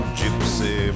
gypsy